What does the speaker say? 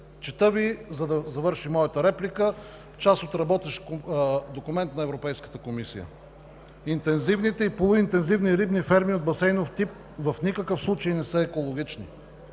комплекс. За да завърша моята реплика, ще Ви прочета част от работещ документ на Европейската комисия: „Интензивните и полуинтензивни рибни ферми от басейнов тип в никакъв случай не са екологични,